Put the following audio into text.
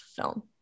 film